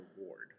reward